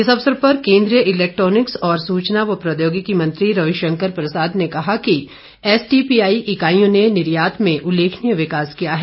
इस अवसर पर केंद्रीय इलैक्ट्रिॉनिक्स और सूचना व प्रौद्योगिकी मंत्री रवि शंकर प्रसाद ने कहा कि एस टीपीआई इकाईयों ने निर्यात में उल्लेखनीय विकास किया है